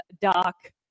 Doc